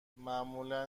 معمولا